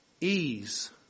ease